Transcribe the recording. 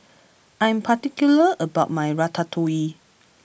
I am particular about my Ratatouille